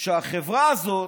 שהחברה הזאת,